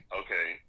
okay